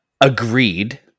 agreed